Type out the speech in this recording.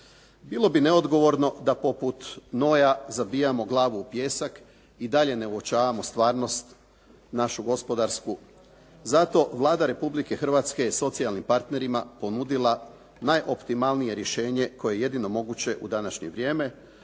Bilo bi neodgovorno da poput noja zabijamo glavu u pijesak i dalje ne uočavamo stvarnost našu gospodarsku. Zato Vlada Republike Hrvatske je socijalnim partnerima ponudila najoptimalnije rješenje koje je jedino moguće u današnje vrijeme,